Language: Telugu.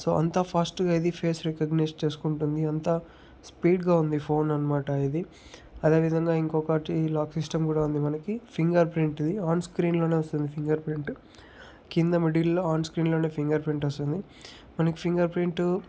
సో అంత ఫాస్ట్గా ఇది ఫేస్ రికగ్నైస్ చేసుంకుంటుంది అంతా స్పీడ్గా ఉంది ఫోన్ అనమాట ఇది అదేవిధంగా ఇంకొకటి లాక్ సిస్టమ్ కూడా ఉంది మనకి ఫింగర్ ప్రింట్ది ఆన్ స్క్రీన్ లోనే వస్తుంది ఫింగర్ ప్రింట్ కింద మిడిల్లో ఆన్ స్క్రీన్ లోనే ఫింగర్ ప్రింట్ వస్తుంది మనకి ఫింగర్ ప్రింట్